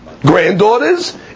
granddaughters